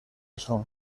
són